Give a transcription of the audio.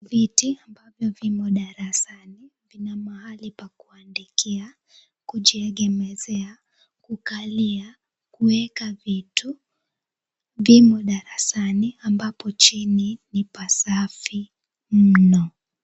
Viti ambavyo vimo darasani vina mahali pa kuandikia, kujiegemezea, kukalia, kueka vitu vimo darasani ambapo chini ni pasafi mno.